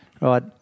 right